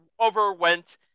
overwent